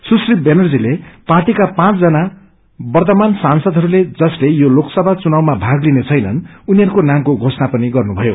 सुश्री व्यानीप्रले पार्टीका पाँच जना ववमान सांसदहरू जसले यो लोकसभा चुनावामा भाग लिने छनन् उनीहरूले नामको घोषणा पनि गर्नुभयो